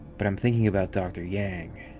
but i'm thinking about dr. yang.